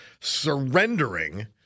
surrendering